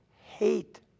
hate